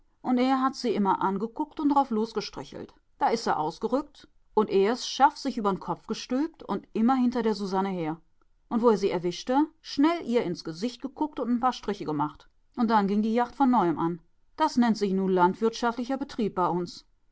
und er hat sie immer angeguckt und drauflos gestrichelt da is se ausgerückt und er s schaff sich über'n kopf gestülpt und immer hinter der susanne her und wo er sie erwischte schnell ihr ins gesicht geguckt und n paar striche gemacht und dann ging die jagd von neuem an das nennt sich nu landwirtschaftlicher betrieb bei uns